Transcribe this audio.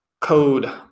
code